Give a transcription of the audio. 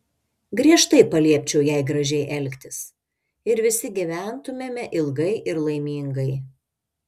griežtai paliepčiau jai gražiai elgtis ir visi gyventumėme ilgai ir laimingai